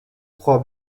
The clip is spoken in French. crois